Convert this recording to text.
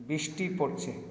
বৃষ্টি পড়ছে